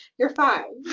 you're fine.